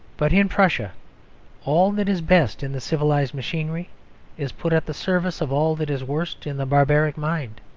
but in prussia all that is best in the civilised machinery is put at the service of all that is worst in the barbaric mind.